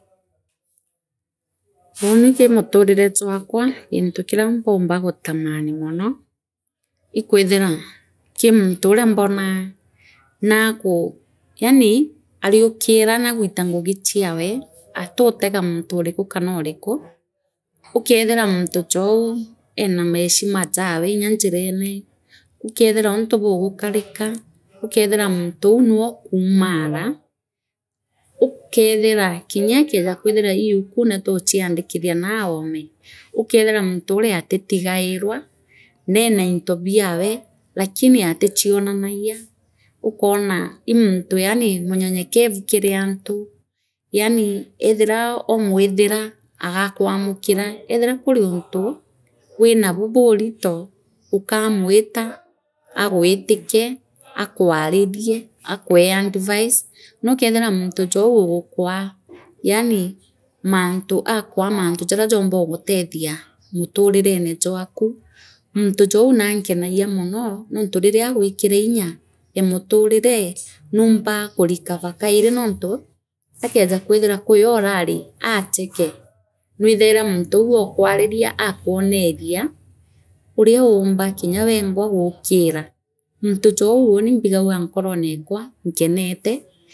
Woni kii muturire jwakwa gintu kiria mpumba gutamani mono ikwithira kii munthiria mbonaa naagu yaani ariukira naagwita ngugi chiawe atutega muntu uriku kanooriku ukethira muntu jou eena meshima jawe nya njirene ukethira untu bugukarika ukeethirwa muntu uu nwee okumaara ukeethira kingookejakwithira ii yukune tuuchiandikithia naa ome ukethira muntu uria atitigairwa neena into biawe lakini atichionanagia ukoona ii muntu yaani munyenyekevu kiri antu yaani ethira oomwithira agakwamukira ethira kuri untu winabu buntu ukamwita agwitike aakwaririe aakwee advice nokethira Muntu jou ukwaa yaani mantu aakwaa mantu jaria jombaa gagutehtia muturirene jwaku muntu jou naankenagia mono noontu riria gwikira inya ee muturire nuambaa kurecoroea kairi noontu aakeja kwithirwa kwiorari oacheka nwithaira muntuu ookwariria aakwoneria uria umba kinya wingwa gukira muntu jou uu ni imbigagua nkoronekwa nkankaete.